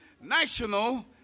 national